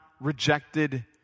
rejected